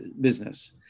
business